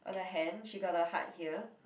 on her hand she got a heart here